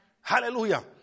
Hallelujah